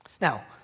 now